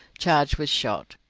charged with shot.